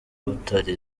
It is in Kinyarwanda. utari